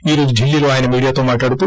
ఈ రోజు ఢిల్లీలో ఆయన మీడియాతో మాట్లాడుతూ